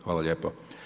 Hvala lijepo.